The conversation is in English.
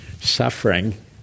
suffering